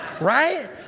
Right